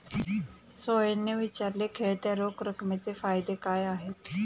सोहेलने विचारले, खेळत्या रोख रकमेचे फायदे काय आहेत?